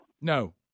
No